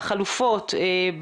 בחלופות,